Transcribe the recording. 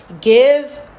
Give